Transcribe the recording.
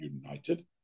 United